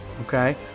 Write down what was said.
Okay